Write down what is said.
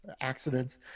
accidents